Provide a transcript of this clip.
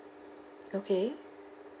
okay